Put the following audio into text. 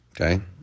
Okay